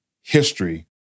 history